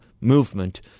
movement